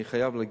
אני חייב להגיד,